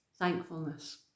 Thankfulness